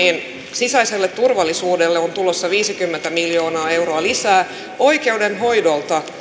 sisäiselle turvallisuudelle on tulossa viisikymmentä miljoonaa euroa lisää ja oikeudenhoidolta